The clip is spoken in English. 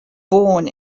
born